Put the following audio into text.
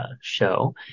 show